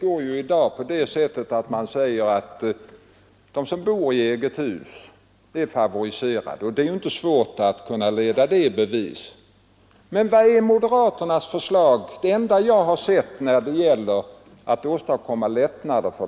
När har vi haft den möjligheten förut? Saneringen skall inriktas så, att de ursprungliga hyresgästerna skall kunna bo kvar i sina lägenheter också efter upprustningen. Det är en ny målsättning.